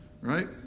Right